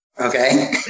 Okay